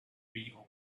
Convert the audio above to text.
reopen